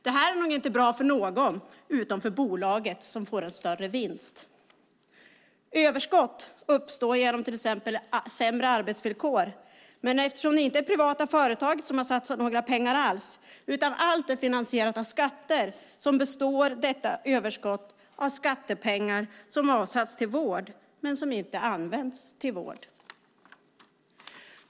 Det här är nog inte bra för någon, utom för bolaget som får en större vinst. Överskott uppstår genom till exempel sämre arbetsvillkor. Men eftersom det privata företaget inte har satsat några pengar alls utan allt är finansierat av skatter, består detta överskott av skattepengar som avsatts till vård men som inte används till vård.